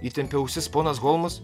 įtempė ausis ponas holmas